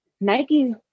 Nike